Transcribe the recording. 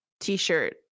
t-shirt